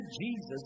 Jesus